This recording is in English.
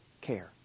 care